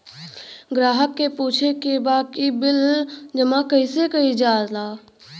ग्राहक के पूछे के बा की बिल जमा कैसे कईल जाला?